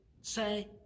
say